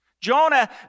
Jonah